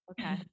okay